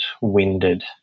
winded